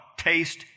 taste